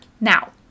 Now